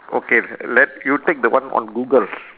okay let you take the one on google